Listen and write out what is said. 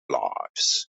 lives